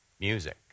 music